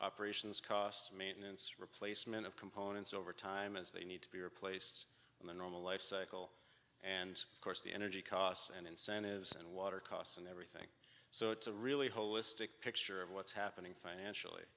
operations cost maintenance replacement of components over time as they need to be replaced and the normal life cycle and of course the energy costs and incentives and water costs and everything so it's a really holistic picture of what's happening financially